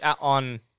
on